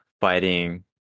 fighting